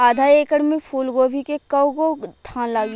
आधा एकड़ में फूलगोभी के कव गो थान लागी?